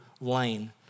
lane